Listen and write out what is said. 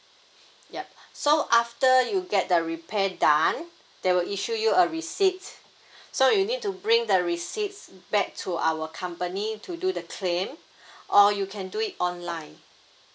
yup so after you get the repair done they will issue you a receipt so you need to bring the receipts back to our company to do the claim or you can do it online